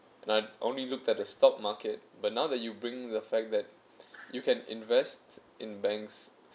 and I only looked at the stock market but now that you bring the fact that you can invest in banks